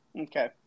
okay